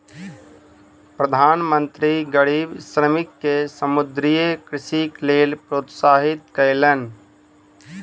प्रधान मंत्री गरीब श्रमिक के समुद्रीय कृषिक लेल प्रोत्साहित कयलैन